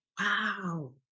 wow